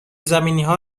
زمینیها